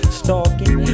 stalking